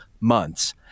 months